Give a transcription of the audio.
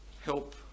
help